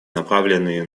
направленные